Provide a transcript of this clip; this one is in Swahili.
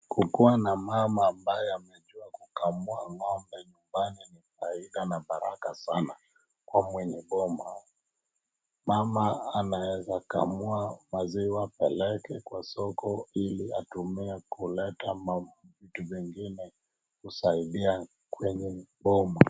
Kukuwa na mama ambaye amejua kukamua ng'ombe nyumbani ni faida na baraka sana kwa mwenye boma. Mama anaweza kamua maziwa, apeleke kwa soko ili atumie kuleta mavitu vingine kusaidia kwenye boma.